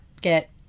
get